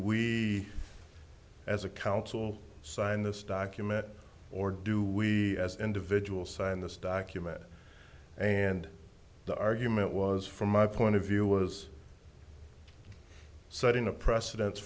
we as a council sign this document or do we as individuals sign this document and the argument was from my point of view was setting a preceden